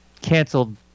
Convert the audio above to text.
canceled